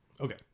Okay